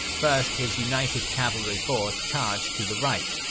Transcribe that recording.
first, his united cavalry force charged to the right,